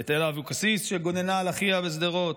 את אלה אבוקסיס, שגוננה על אחיה בשדרות?